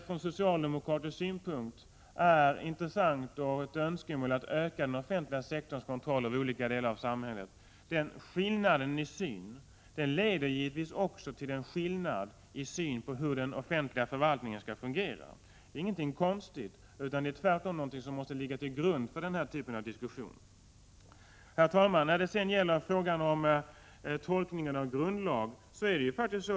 Från socialdemokratisk synpunkt är det ett önskemål att öka den offentliga sektorns kontroll över olika delar av samhället. Den skillnaden i synsätt leder också till en skillnad i synen på hur den offentliga förvaltningen skall fungera. Det är inte konstigt, utan det är tvärtom någonting som måste ligga till grund för den här typen av Prot. 1986/87:122 diskussion. 13 maj 1987 Herr talman!